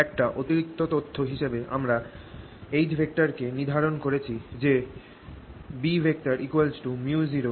একটা অতিরিক্ত তথ্য হিসেবে আমরা H কে নির্ধারণ করেছি যে B µ0HM